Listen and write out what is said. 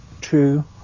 two